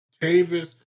Davis